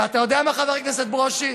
ואתה יודע מה, חבר הכנסת ברושי?